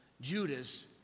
Judas